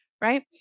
Right